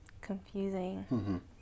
confusing